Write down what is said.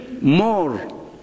more